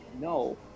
no